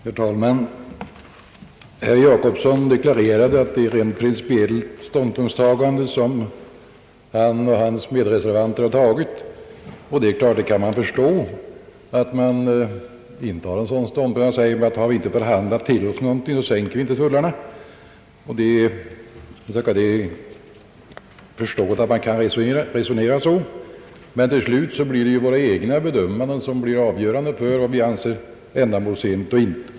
Herr talman! Herr Jacobsson deklarerade att det är en rent principiell ståndpunkt som han och hans medreservanter har intagit. Det är förståeligt att man kan resonera så, att om vi inte har förhandlat oss till någonting så sänker vi inte tullarna. Men till slut är det våra egna bedömningar som blir avgörande för vad vi anser vara ändamålsenligt.